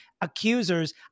accusers